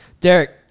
Derek